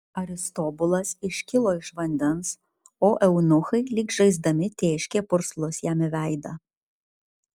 aristobulas iškilo iš vandens o eunuchai lyg žaisdami tėškė purslus jam į veidą